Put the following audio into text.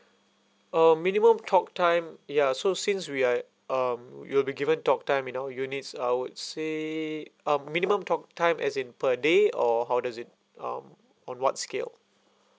uh minimum talk time ya so since we are um you'll be given talk time you know units I would say um minimum talk time as in per day or how does it um on what scale